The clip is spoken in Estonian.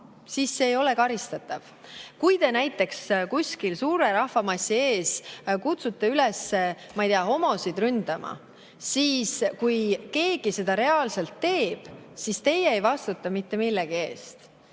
siis see ei ole karistatav. Kui te näiteks kuskil suure rahvamassi ees kutsute üles, ma ei tea, homosid ründama, ja kui keegi seda reaalselt teeb, siis teie ei vastuta mitte millegi eest.